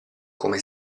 come